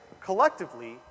collectively